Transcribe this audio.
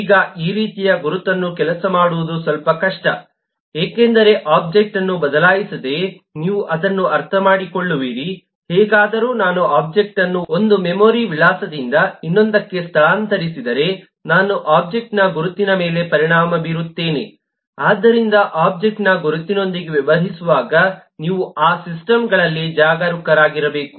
ಈಗ ಈ ರೀತಿಯ ಗುರುತನ್ನು ಕೆಲಸ ಮಾಡುವುದು ಸ್ವಲ್ಪ ಕಷ್ಟ ಏಕೆಂದರೆ ಒಬ್ಜೆಕ್ಟ್ ಅನ್ನು ಬದಲಾಯಿಸದೆ ನೀವು ಅದನ್ನು ಅರ್ಥಮಾಡಿಕೊಳ್ಳುವಿರಿ ಹೇಗಾದರೂ ನಾನು ಒಬ್ಜೆಕ್ಟ್ ಅನ್ನು ಒಂದು ಮೆಮೊರಿ ವಿಳಾಸದಿಂದ ಇನ್ನೊಂದಕ್ಕೆ ಸ್ಥಳಾಂತರಿಸಿದರೆ ನಾನು ಒಬ್ಜೆಕ್ಟ್ನ ಗುರುತಿನ ಮೇಲೆ ಪರಿಣಾಮ ಬೀರುತ್ತೇನೆ ಆದ್ದರಿಂದ ಒಬ್ಜೆಕ್ಟ್ನ ಗುರುತಿನೊಂದಿಗೆ ವ್ಯವಹರಿಸುವಾಗ ನೀವು ಆ ಸಿಸ್ಟಮ್ ಗಳಲ್ಲಿ ಜಾಗರೂಕರಾಗಿರಬೇಕು